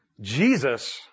Jesus